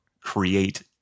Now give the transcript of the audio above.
create